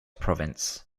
province